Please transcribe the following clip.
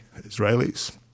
Israelis